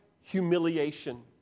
humiliation